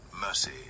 mercy